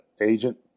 agent